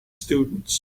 students